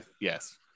yes